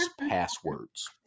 passwords